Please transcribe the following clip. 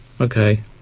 Okay